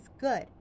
good